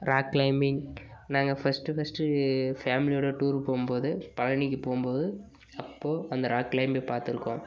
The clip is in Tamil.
ராக் க்ளைம்பிங் நாங்கள் ஃபஸ்ட்டு ஃபஸ்ட்டு ஃபேமிலியோட டூர் போகும்போது பழனிக்கு போகும்போது அப்போது அந்த ராக் க்ளைம்பிங் பார்த்துருக்கோம்